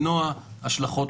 מנהל בתי